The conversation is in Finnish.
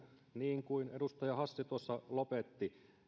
niin kuin edustaja hassi tuossa lopetti